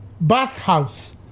Bathhouse